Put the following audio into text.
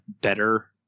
better